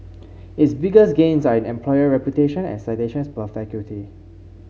its biggest gains are in employer reputation and citations per faculty